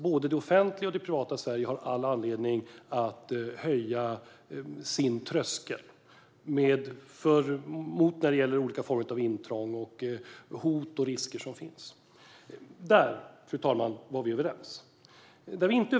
Både det offentliga och det privata Sverige har all anledning att höja sin tröskel mot olika former av intrång och mot de hot och risker som finns. Där var statsrådet och jag överens, fru talman.